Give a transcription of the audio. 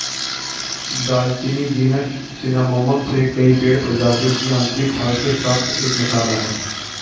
दालचीनी genus Cinnamomum से कई पेड़ प्रजातियों की आंतरिक छाल से प्राप्त एक मसाला है